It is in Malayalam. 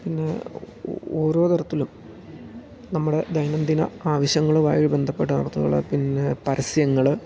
പിന്നെ ഓരോ തരത്തിലും നമ്മൾ ദൈനംദിന ആവശ്യങ്ങളുമായി ബന്ധപ്പെട്ട വാർത്തകൾ പിന്നെ പരസ്യങ്ങൾ